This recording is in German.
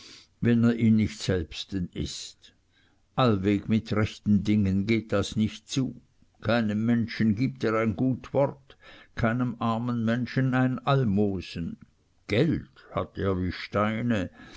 wenn er ihn nicht selbsten ist allweg mit rechten dingen geht das nicht zu keinem menschen gibt er ein gut wort keinem armen menschen ein almosen geld hat er wie steine